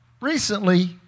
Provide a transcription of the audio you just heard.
recently